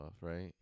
right